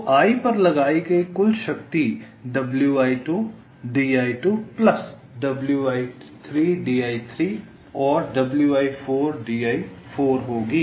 तो i पर लगाई गई कुल शक्ति wi2 di2 plus wi3 di3 और wi4 di4 होगी